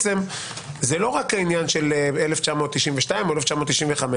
שזה לא רק העניין של 1992 או 1995,